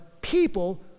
people